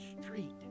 street